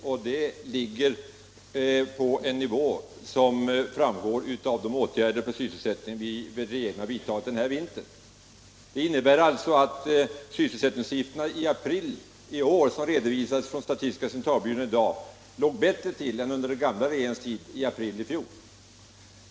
Var denna nivå ligger framgår av de sysselsättningsfrämjande åtgärder som regeringen har vidtagit den gångna vintern. Sysselsättningssiffrorna i april i år 1. ex., som redovisas av statistiska centralbyrån i dag, ligger bättre till än motsvarande siffror i fjol under den gamla regeringens tid.